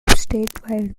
statewide